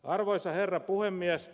arvoisa herra puhemies